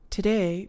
Today